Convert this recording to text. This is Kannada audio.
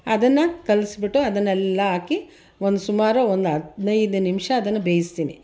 ಅದನ್ನು ಕಲಸ್ಬಿಟ್ಟು ಅದನ್ನೆಲ್ಲ ಹಾಕಿ ಒಂದು ಸುಮಾರು ಒಂದು ಹದಿನೈದು ನಿಮಿಷ ಅದನ್ನು ಬೇಯಿಸ್ತೀನಿ